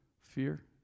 fear